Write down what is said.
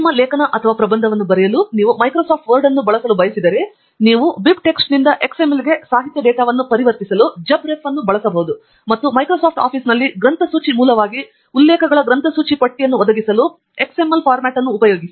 ನಿಮ್ಮ ಲೇಖನ ಅಥವಾ ಪ್ರಬಂಧವನ್ನು ಬರೆಯಲು ನೀವು ಮೈಕ್ರೋಸಾಫ್ಟ್ ವರ್ಡ್ ಅನ್ನು ಬಳಸಲು ಬಯಸಿದರೆ ನೀವು ಬೈಬ್ಟೆಕ್ಸ್ನಿಂದ XML ಗೆ ಸಾಹಿತ್ಯ ಡೇಟಾವನ್ನು ಪರಿವರ್ತಿಸಲು JabRef ಅನ್ನು ಬಳಸಬಹುದು ಮತ್ತು ಮೈಕ್ರೋಸಾಫ್ಟ್ ಆಫೀಸ್ನಲ್ಲಿ ಗ್ರಂಥಸೂಚಿ ಮೂಲವಾಗಿ ಉಲ್ಲೇಖಗಳ ಗ್ರಂಥಸೂಚಿ ಪಟ್ಟಿಯನ್ನು ಒದಗಿಸಲು XML ಸ್ವರೂಪವನ್ನು ಬಳಸಿ